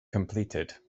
completed